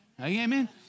Amen